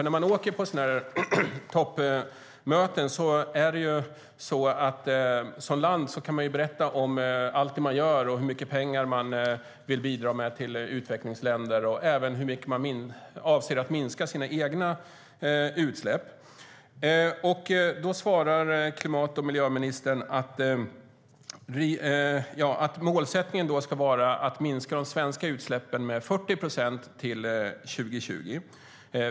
När man åker på sådana här toppmöten kan man som land berätta om allt det man gör, hur mycket pengar man vill bidra med till utvecklingsländer och hur mycket man avser att minska sina egna utsläpp. Klimat och miljöministern svarar att målsättningen ska vara att minska de svenska utsläppen med 40 procent till 2020.